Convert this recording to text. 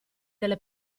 delle